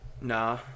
Nah